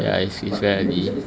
ya I sleep very early